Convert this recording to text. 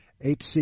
HC